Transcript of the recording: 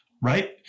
right